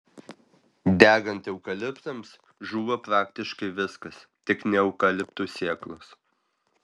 degant eukaliptams žūva praktiškai viskas tik ne eukaliptų sėklos